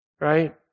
right